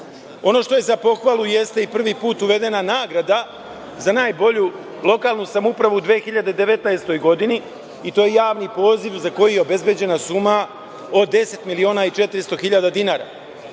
Ono što je za pohvalu jeste i prvi put uvedena nagrada za najbolju lokalnu samoupravu u 2019. godini i to je javni poziv za koji je obezbeđena suma od 10.400.000 dinara. Postavljam